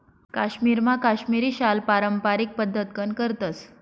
काश्मीरमा काश्मिरी शाल पारम्पारिक पद्धतकन करतस